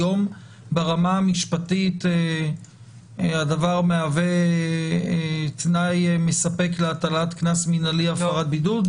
היום ברמה המשפטית הדבר מהווה תנאי מספק להטלת קנס מינהלי הפרת בידוד?